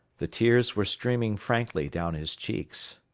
the tears were streaming frankly down his cheeks.